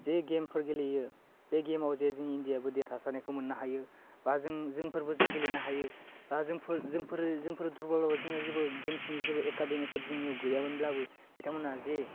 जे गेमफोर गेलेयो बे गेमाव जें जोंनि इण्डियाआबो देरहासारनायखौ मोन्नो हायो बा जों जों जोंफोरबो जों गेलेनो हायो बा जोंफोर जोंफोरो जोंफोरो जोंफोरो दुरबलनियाव जेबो गेमसनि जेबो एकाडेमिफोर जोंनियाव गैयामोनब्लाबो बिथांमोनहा जे